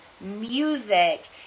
music